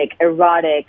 erotic